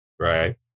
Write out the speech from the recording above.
Right